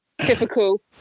Typical